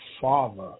father